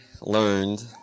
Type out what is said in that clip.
learned